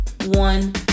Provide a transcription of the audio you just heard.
one